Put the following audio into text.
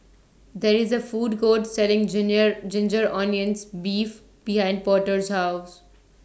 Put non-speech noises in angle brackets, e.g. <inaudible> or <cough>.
There IS A Food Court Selling <unintelligible> Ginger Onions Beef behind Porter's House